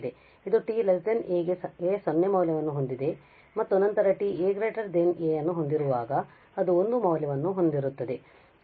ಇದು t a ಗೆ 0 ಮೌಲ್ಯವನ್ನು ಹೊಂದಿದೆ ಮತ್ತು ನಂತರ t a ಯನ್ನು ಹೊಂದಿರುವಾಗ ಅದು 1 ಮೌಲ್ಯವನ್ನು ಹೊಂದಿರುತ್ತದೆ